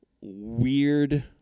weird